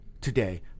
today